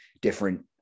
different